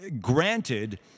Granted